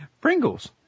Pringles